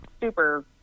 super